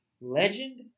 Legend